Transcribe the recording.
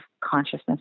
consciousness